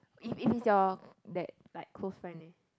if it's it's your that like close friend eh